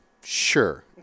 sure